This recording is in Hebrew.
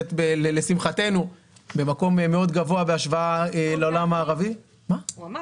שלשמחתנו נמצאת במקום מאוד גבוה בהשוואה לעולם המערבי --- הוא אמר.